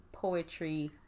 poetry